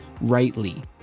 rightly